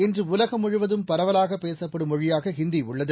இன்று உலகம் முழுவதும் பரவலாக பேசப்படும் மொழியாக ஹிந்தி உள்ளது